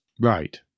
Right